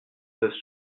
peuvent